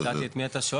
לא ידעתי את מי אתה שואל.